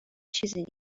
چیزی